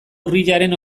urriaren